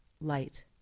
light